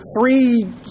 three